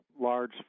large